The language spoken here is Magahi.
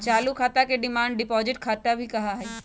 चालू खाता के डिमांड डिपाजिट खाता भी कहा हई